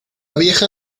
vieja